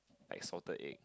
like salted egg